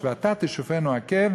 "ואתה תשופנו עקב"